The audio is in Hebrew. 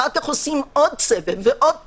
אחר כך עושים עוד סבב ועוד אחד.